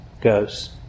goes